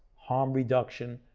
harm reduction,